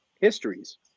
histories